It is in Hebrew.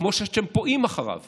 כמו שאתם פועים אחריו